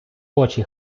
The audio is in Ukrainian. очі